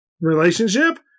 relationship